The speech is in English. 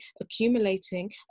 accumulating